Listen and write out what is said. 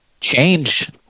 change